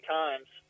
times